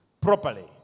properly